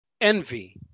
envy